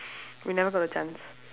we never got a chance